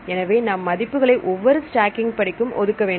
எனவே நாம் மதிப்புகளை ஒவ்வொரு ஸ்டாக்கிங் படிக்கும் ஒதுக்க வேண்டும்